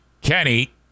Kenny